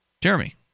Jeremy